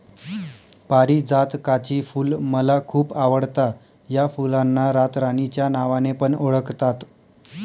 पारीजातकाची फुल मला खूप आवडता या फुलांना रातराणी च्या नावाने पण ओळखतात